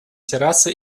террасы